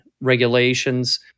regulations